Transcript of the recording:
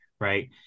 right